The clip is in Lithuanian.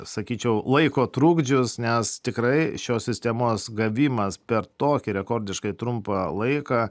sakyčiau laiko trukdžius nes tikrai šios sistemos gavimas per tokį rekordiškai trumpą laiką